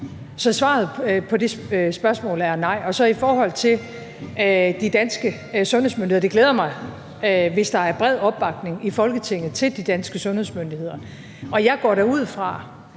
Så svaret på det spørgsmål er nej. I forhold til de danske sundhedsmyndigheder: Det glæder mig, hvis der er bred opbakning i Folketinget til de danske sundhedsmyndigheder. Og jeg går da ud fra